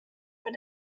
but